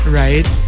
right